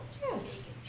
Yes